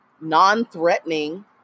non-threatening